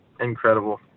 incredible